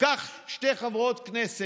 תארו לכם שזה שתי השיירות יחד,